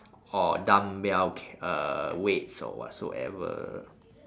or dumbbell c~ uh weights or whatsoever